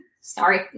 Sorry